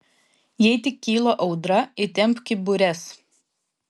jei tik kyla audra įtempki bures